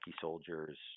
soldiers